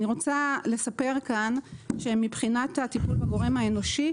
אני רוצה לספר כאן שמבחינת הטיפול בגורם האנושי,